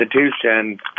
institution